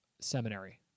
seminary